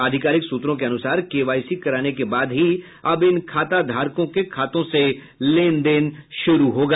आधिकारिक सूत्रों के अनुसार केवाईसी कराने के बाद ही अब इन खाता धारकों के खातों से लेन देन शुरू होगा